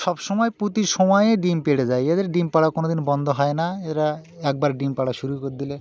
সবসময় প্রতি সময়েই ডিম পেড়ে যায় এদের ডিম পাড়া কোনো দিন বন্ধ হয় না এরা একবার ডিম পাড়া শুরু করে দিলে